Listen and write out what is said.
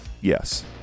Yes